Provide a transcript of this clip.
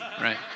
right